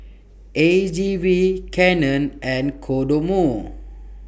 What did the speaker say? A G V Canon and Kodomo